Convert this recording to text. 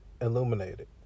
Illuminated